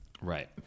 right